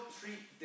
treat